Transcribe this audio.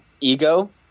ego